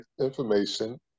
information